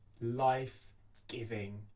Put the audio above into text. life-giving